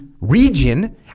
region